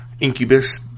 Incubus